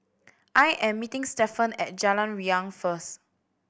I am meeting Stephan at Jalan Riang first